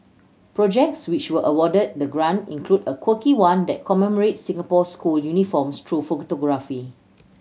projects which were awarded the grant include a quirky one that commemorates Singapore's school uniforms through photography